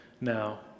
now